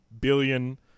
billion